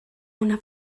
una